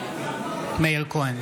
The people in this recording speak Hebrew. בעד מאיר כהן,